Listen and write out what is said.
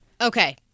Okay